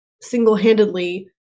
single-handedly